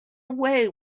away